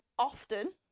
Often